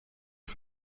for